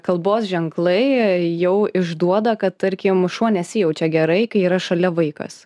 kalbos ženklai jau išduoda kad tarkim šuo nesijaučia gerai kai yra šalia vaikas